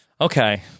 okay